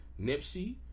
Nipsey